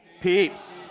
Peeps